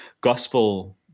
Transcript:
gospel